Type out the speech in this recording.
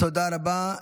תודה רבה.